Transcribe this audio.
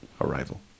arrival